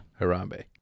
Harambe